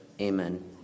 Amen